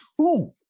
two